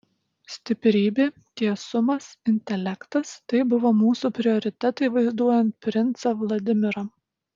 stiprybė tiesumas intelektas tai buvo mūsų prioritetai vaizduojant princą vladimirą